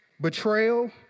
betrayal